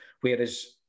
whereas